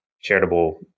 charitable